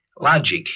Logic